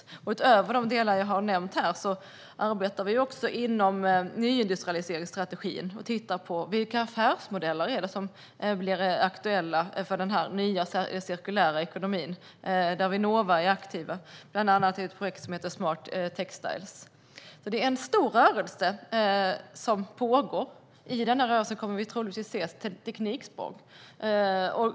Utöver det jag har nämnt här arbetar vi också inom nyindustrialiseringsstrategin och tittar på vilka affärsmodeller som blir aktuella för den nya cirkulära ekonomin. Där är Vinnova aktiv bland annat i ett projekt som heter Smart Textiles. Det är alltså en stor rörelse som pågår, och i den kommer vi troligtvis att få se tekniksprång.